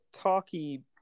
talky